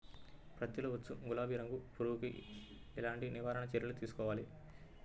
పత్తిలో వచ్చు గులాబీ రంగు పురుగుకి ఎలాంటి నివారణ చర్యలు తీసుకోవాలి?